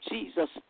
Jesus